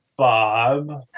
Bob